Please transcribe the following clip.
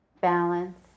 balance